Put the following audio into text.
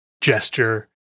gesture